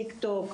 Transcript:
טיק טוק,